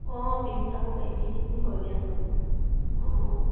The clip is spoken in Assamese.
অঁ পিন্ধি চাব পাৰি পিন্ধি পিন্ধি হৈগৈ নহয়গৈ অঁ